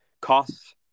costs